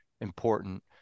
important